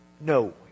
No